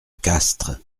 castres